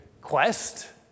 quest